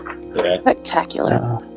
Spectacular